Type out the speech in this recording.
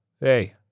Hey